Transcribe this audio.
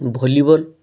volleyball